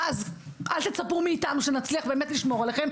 אז שלא תהיה צפייה מאיתנו לשמור על ביטחונם,